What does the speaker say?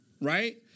Right